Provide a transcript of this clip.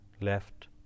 left